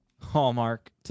hallmark